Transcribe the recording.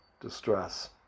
distress